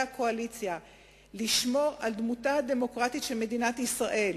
הקואליציה לשמור על דמותה הדמוקרטית של מדינת ישראל